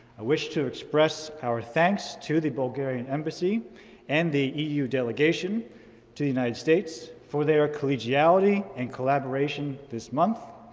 i wish to express our thanks to the bulgarian embassy and the eu delegation to united states for their collegiality and collaboration this month.